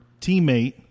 teammate